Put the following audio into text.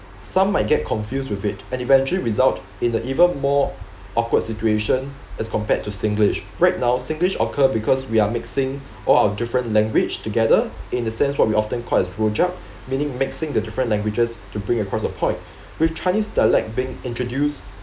some might get confused with it and eventually result in the even more awkward situation as compared to singlish right now singlish occur because we are mixing all our different language together in the sense what we often call as rojak meaning mixing the different languages to bring across a point with chinese dialect being introduced